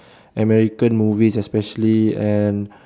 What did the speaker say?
american movies especially and